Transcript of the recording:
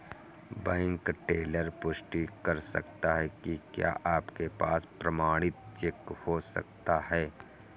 Bank teller पुष्टि कर सकता है कि क्या आपके पास प्रमाणित चेक हो सकता है?